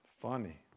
Funny